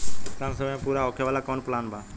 कम समय में पूरा होखे वाला कवन प्लान बा?